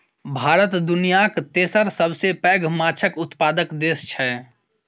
भारत दुनियाक तेसर सबसे पैघ माछक उत्पादक देस छै